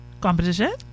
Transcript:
competition